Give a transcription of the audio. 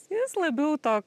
jis labiau to